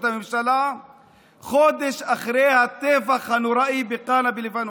הממשלה חודש אחרי הטבח הנוראי בקאנא בלבנון.